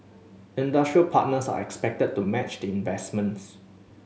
industry partners are expected to match the investments